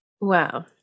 Wow